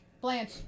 blanche